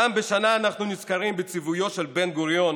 פעם בשנה אנחנו נזכרים בציוויו של בן-גוריון